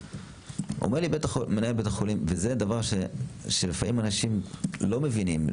אומר לי מנהל בית החולים וזה דבר שלפעמים אנשים לא מבינים,